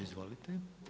Izvolite.